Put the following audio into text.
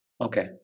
Okay